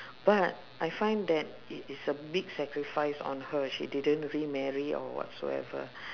but I find that it is a big sacrifice on her she didn't remarry or whatsoever